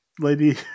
lady